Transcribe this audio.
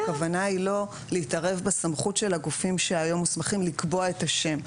הכוונה היא לא להתערב בסמכות של הגופים שהיום מוסמכים לקבוע את השם,